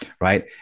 right